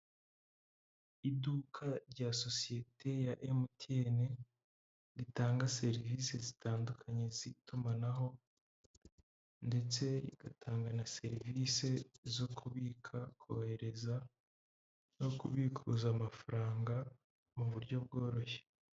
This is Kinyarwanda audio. Iduka rya sosiyete ya emutiyene ritanga serivisi zitandukanye z'itumanaho ndetse rigatanga na serivisi zo kubika, kohereza no kubikuza amafaranga mu buryo bworoshye.